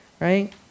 right